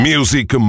Music